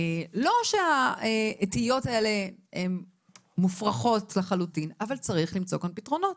לא שהתהיות האלה הן מופרכות לחלוטין אבל צריך למצוא כאן פתרונות.